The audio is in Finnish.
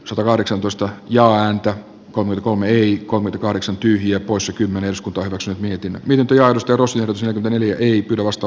satakahdeksantoista ja ääntä kolme kolme ii kolme kahdeksan tyhjää poissa kymmenen sko turussa mietimme miten työ josta ostetusta neljä ei pidä vasta